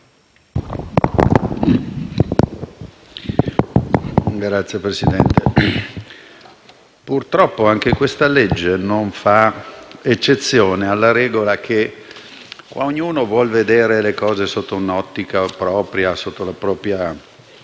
Signor Presidente, purtroppo anche questa legge non fa eccezione alla regola che ognuno vuol vedere le cose sotto un'ottica propria, sotto il proprio